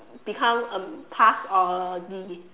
become a pass or a D